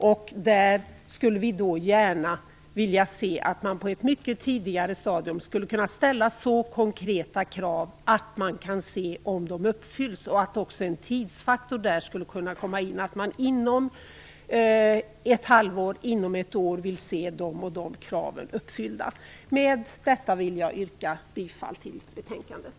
Vi skulle då gärna se att man på ett mycket tidigare stadium ställer så konkreta krav att det blir möjligt att se om de uppfylls, och en tidsfaktor skulle kunna komma in som innebär att man säger att man inom ett halvår eller ett år vill se vissa krav uppfyllda. Med detta vill jag yrka bifall till utskottets hemställan.